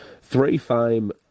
Three-fame